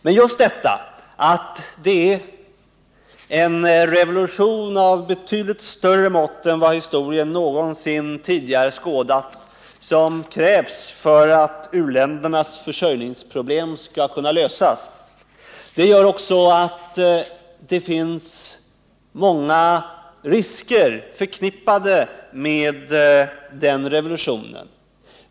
Men just detta, att det är en revolution av betydligt större mått än vad historien någonsin tidigare skådat som krävs för att u-ländernas försörjningsproblem skall kunna lösas, gör att det också finns många risker förknippade med den revolutionen.